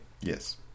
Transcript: Yes